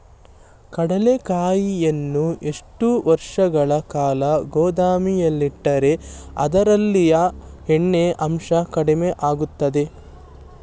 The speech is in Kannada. ಕಡ್ಲೆಕಾಯಿಯನ್ನು ಎಷ್ಟು ವರ್ಷಗಳ ಕಾಲ ಗೋದಾಮಿನಲ್ಲಿಟ್ಟರೆ ಅದರಲ್ಲಿಯ ಎಣ್ಣೆ ಅಂಶ ಕಡಿಮೆ ಆಗುತ್ತದೆ?